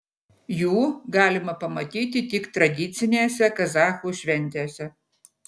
jų galima pamatyti tik tradicinėse kazachų šventėse